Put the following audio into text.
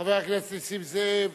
חבר הכנסת נסים זאב,